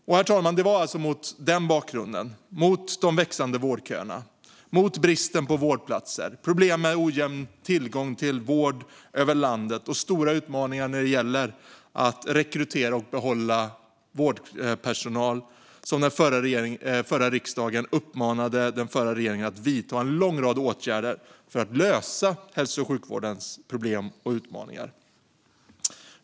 Och det var alltså mot bakgrund av de växande vårdköerna, bristen på vårdplatser, problemen med ojämn tillgång till vård över landet och de stora utmaningarna när det gäller att rekrytera och behålla vårdpersonal som den förra riksdagen uppmanade den förra regeringen att vidta en lång rad åtgärder för att lösa hälso och sjukvårdens problem och utmaningar.